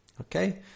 Okay